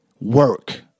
Work